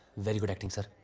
very good acting, sir.